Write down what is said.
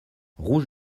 rouge